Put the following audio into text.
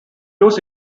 lose